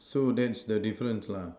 so that's the difference lah